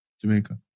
Jamaica